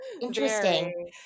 Interesting